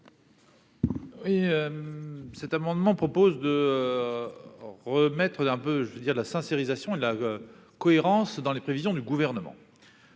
Et cet amendement propose de remettre un peu, je veux dire la sincérisation la cohérence dans les prévisions du gouvernement,